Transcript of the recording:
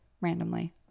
randomly